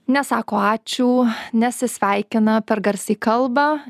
nesako ačiū nesisveikina per garsiai kalba